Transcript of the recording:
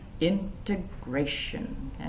integration